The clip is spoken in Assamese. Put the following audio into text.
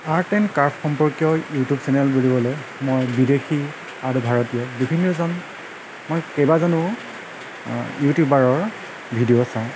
আৰ্ট এণ্ড ক্ৰাফট সম্পৰ্কীয় ইউটিউব চেনেল বুলিবলৈ মই বিদেশী আৰু ভাৰতীয় বিভিন্নজন মই কেইবাজনো ইউটিবাৰৰ ভিডিঅ' চাওঁ